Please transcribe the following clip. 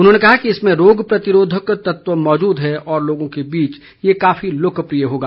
उन्होंने कहा कि इसमें रोग प्रतिरोधक तत्व मौजूद है और लोगों के बीच ये काफी लोकप्रिय होगा